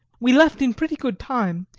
we left in pretty good time,